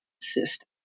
system